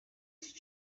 iki